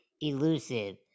elusive